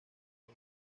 los